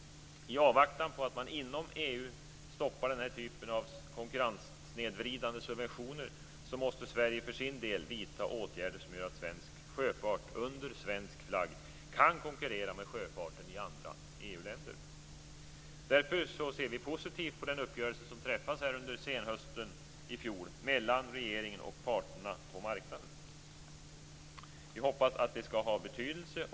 I avvaktan på att man inom EU stoppar den här typen av konkurrenssnedvridande subventioner måste Sverige för sin del vidta åtgärder som gör att svensk sjöfart under svensk flagg kan konkurrera med sjöfarten i andra EU-länder. Vi ser därför positivt på den uppgörelse som träffats under senhösten i fjol mellan regeringen och parterna på marknaden. Vi hoppas och tror att detta skall ha betydelse.